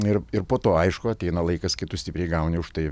ir ir po to aišku ateina laikas kai tu stipriai gauni už tai